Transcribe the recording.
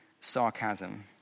sarcasm